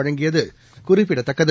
கூடிய வழங்கியதுகுறிப்பிடத்தக்கது